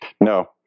No